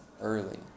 early